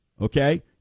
okay